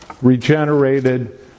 regenerated